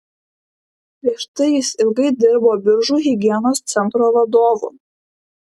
prieš tai jis ilgai dirbo biržų higienos centro vadovu